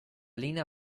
linea